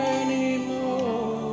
anymore